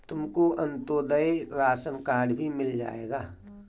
तुमको Antyodaya ration card भी मिल जाएगा